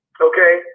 okay